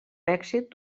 èxit